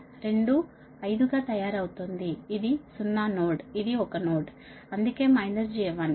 రెండు5 గా తయారవుతోంది ఇది 0 నోడ్ ఇది ఒక నోడ్ అందుకే j 1